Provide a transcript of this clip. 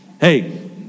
Hey